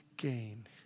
gain